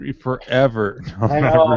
forever